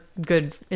good